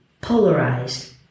polarized